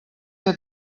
que